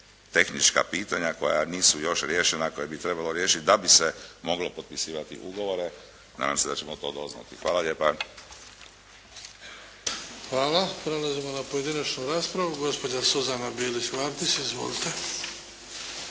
tehnička pitanja koja nisu još riješena, a koja bi trebalo riješiti da bi se moglo potpisivati ugovore. Nadam se da ćemo to doznati. Hvala lijepa. **Bebić, Luka (HDZ)** Hvala. Prelazimo na pojedinačnu raspravu. Gospođa Suzana Bilić Vardić. Izvolite.